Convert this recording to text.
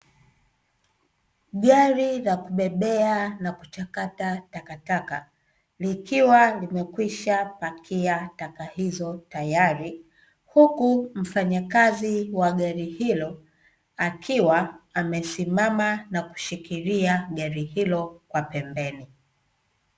Gari la kubebea na kuchakata takataka, likiwa limekwisha pakia taka hizo tayari, huku mfanyakazi wa gari hilo akiwa amesimama na kushikilia gari hilo kwa pembeni.